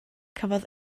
cafodd